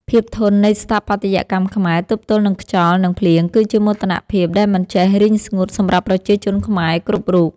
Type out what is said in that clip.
ភាពធន់នៃស្ថាបត្យកម្មខ្មែរទប់ទល់នឹងខ្យល់ និង ភ្លៀងគឺជាមោទនភាពដែលមិនចេះរីងស្ងួតសម្រាប់ប្រជាជនខ្មែរគ្រប់រូប។